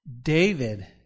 David